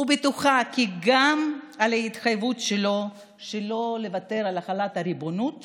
ובטוחה כי גם על ההתחייבות שלו שלא לוותר על החלת הריבונות